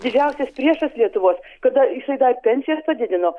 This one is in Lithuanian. didžiausias priešas lietuvos kada jisai dar pensijas padidino